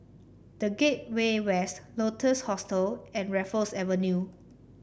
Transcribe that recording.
The Gateway West Lotus Hostel and Raffles Avenue